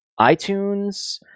iTunes